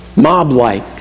Mob-like